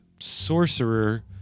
sorcerer